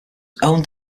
owned